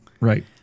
Right